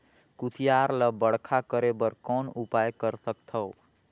कुसियार ल बड़खा करे बर कौन उपाय कर सकथव?